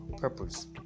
Purpose